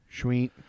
Sweet